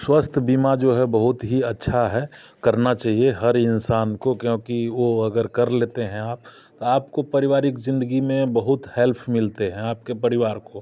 स्वास्थ्य बीमा जो है बहुत ही अच्छा है करना चहिए हर इंसान को क्योंकि वह अगर कर लेते हैं आप तो आपको परिवारिक ज़िन्दगी में बहुत हेल्प मिलती है आपके परिवार को